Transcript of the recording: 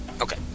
Okay